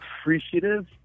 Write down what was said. appreciative